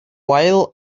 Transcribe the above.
while